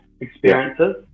experiences